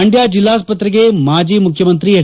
ಮಂಡ್ಣ ಜಿಲ್ಲಾಸ್ತ್ರೆಗೆ ಮಾಜಿ ಮುಖ್ಯಮಂತ್ರಿ ಎಚ್